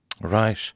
Right